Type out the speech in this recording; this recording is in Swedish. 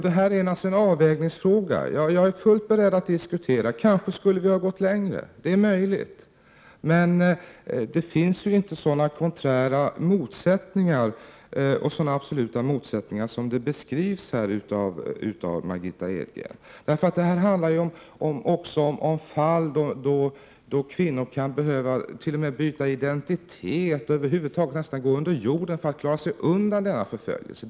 Det här är naturligtvis en avvägningsfråga. Jag är fullt beredd att diskutera. Kanske skulle vi ha gått längre — det är möjligt. Men det finns ju inte sådana konträra och absoluta motsättningar som det beskrivs här av Margitta Edgren. Det handlar ju också om fall då kvinnor kan behövat.o.m. byta identitet och över huvud taget nästan gå under jorden för att klara sig undan förföljelse.